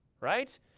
right